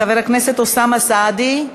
חבר הכנסת אוסאמה סעדי,